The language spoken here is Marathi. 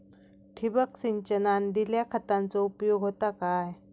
ठिबक सिंचनान दिल्या खतांचो उपयोग होता काय?